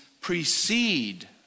precede